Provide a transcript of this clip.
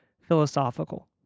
philosophical